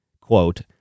quote